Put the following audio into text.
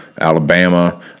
Alabama